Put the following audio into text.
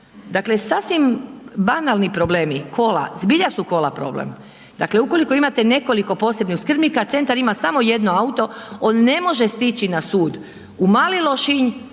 Dakle, sasvim banalni problemi, kola, zbilja su kola problem. Dakle, ukoliko imate nekoliko posebnih skrbnika, a centar ima samo jedno auto on ne može stići na sud u mali Lošinj,